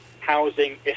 housing